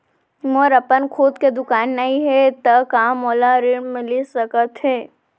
मोर अपन खुद के दुकान नई हे त का मोला ऋण मिलिस सकत?